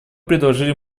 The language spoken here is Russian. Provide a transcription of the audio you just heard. предложили